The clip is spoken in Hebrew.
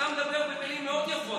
אתה מדבר במילים מאוד יפות,